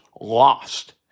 lost